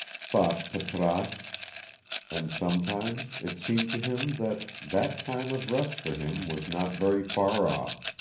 thought patrasche and sometimes it seemed to him that that time of rest for him was not very far off.